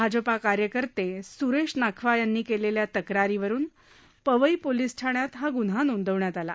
भाजप कार्यकर्ते सु्रेश नाखवा यांनी केलेल्या तक्रारीवरुन पवई पोलिस ठाण्यात हा गुन्हा नोंदवण्यात आला